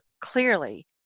clearly